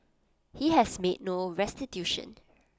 he has made no restitution